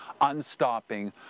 unstopping